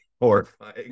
horrifying